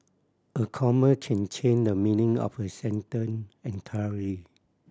a comma can change the meaning of a sentence entirely